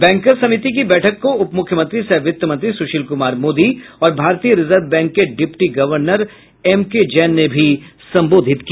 bankers समिति की बैठक को उप मुख्यमंत्री सह वित्त मंत्री सुशील कुमार मोदी और भारतीय रिजर्व बैंक के डिप्टी गर्वनर एमके जैन ने भी संबोधित किया